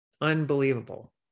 unbelievable